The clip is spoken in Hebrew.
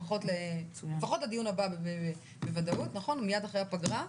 לפחות לדיון הבא בוודאות מייד אחרי הפגרה,